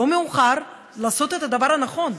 לא מאוחר לעשות את הדבר הנכון,